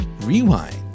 rewind